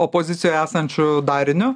opozicijoj esančiu dariniu